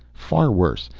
far worse,